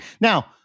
Now